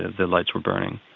the lights were burning.